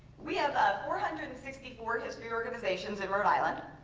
we have ah four hundred and sixty four history organizations in rhode island.